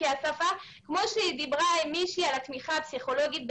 כמו שמישהי בתחילת הישיבה דיברה על התמיכה הפסיכולוגית,